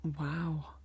wow